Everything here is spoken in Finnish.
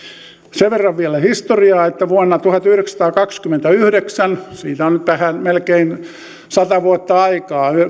sen verran vielä historiaa että vuonna tuhatyhdeksänsataakaksikymmentäyhdeksän siitä on nyt melkein sata vuotta aikaa